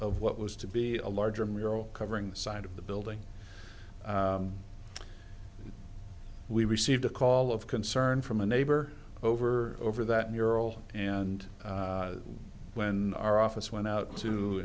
of what was to be a larger mural covering the side of the building we received a call of concern from a neighbor over over that mural and when our office went out to